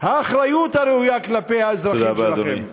האחריות הראויה כלפי האזרחים שלכם.